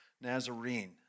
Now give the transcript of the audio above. Nazarene